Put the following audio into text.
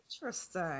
interesting